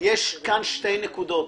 כאן שתי נקודות.